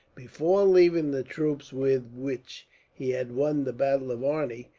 before leaving the troops with which he had won the battle of arni,